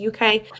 UK